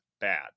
bad